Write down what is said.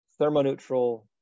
thermoneutral